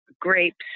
grapes